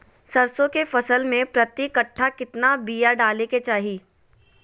सरसों के फसल में प्रति कट्ठा कितना बिया डाले के चाही?